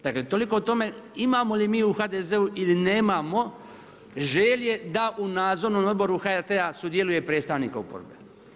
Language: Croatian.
Dakle, toliko o tome, imamo li mi u HDZ-u ili nemamo želje da u nadzornom odboru HRT-a sudjeluje predstavnik oporbe.